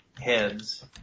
heads